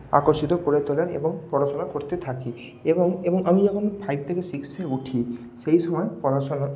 আকর্ষিত করে তোলেন এবং পড়াশোনা করতে থাকি এবং এবং আমি যখন ফাইভ থেকে সিক্সে উঠি সেই সময় পড়াশোনা